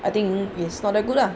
I think is not that good ah